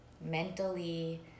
mentally